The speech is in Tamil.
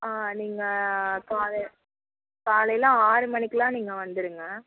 நீங்கள் காலை காலையில் ஆறுமணிக்குலாம் நீங்கள் வந்துடுங்க